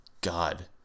God